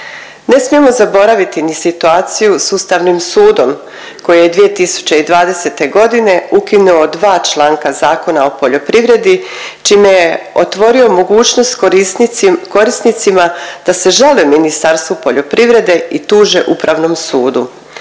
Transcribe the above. Ne smijemo zaboraviti ni situaciju s Ustavnim sudom koji je 2020. godine ukinuo dva članka Zakona o poljoprivredi čime je otvorio mogućnost korisnicima da se žale Ministarstvu poljoprivrede i tuže Upravnom sudu.